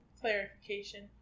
clarification